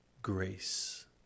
Grace